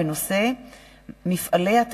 הצעת חוק התכנון והבנייה (תיקון,